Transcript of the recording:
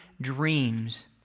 dreams